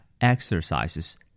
exercises